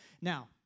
Now